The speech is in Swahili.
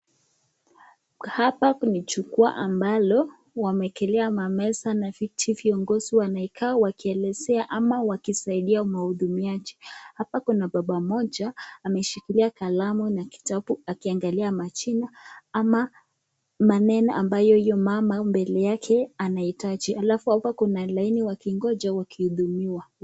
Hapa ni jukua ambalo viongizi wamekalia mamesa na viti. Viongozi wanaikaa wakielezea ama wakisaidia wahudumiaji. Hapa kuna baba mmoja ameshikilia kalamu na kitabu akiangalia majina ama maneno ambayo huyo mama mbele yake anahitaji. Alafu hapa kuna laini wakingoja wakihudumiwa.